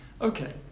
Okay